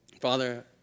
Father